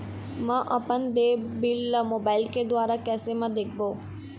म अपन देय बिल ला मोबाइल के द्वारा कैसे म देखबो?